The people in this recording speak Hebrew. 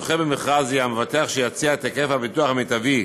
הזוכה במכרז יהיה המבטח שיציע את היקף הביטוח המיטבי